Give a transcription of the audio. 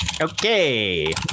Okay